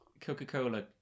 Coca-Cola